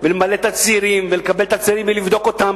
ולמלא תצהירים ולקבל תצהירים ולבדוק אותם?